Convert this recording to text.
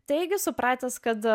taigi supratęs kad